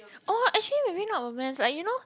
orh actually maybe not romance lah you know